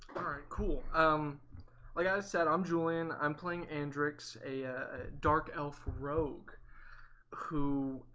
cool! um like i said, i'm julien. i'm playing andrixx, a dark elf rogue who,